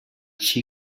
she